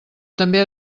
també